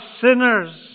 sinners